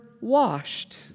washed